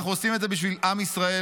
אנחנו עושים את זה בשביל עם ישראל.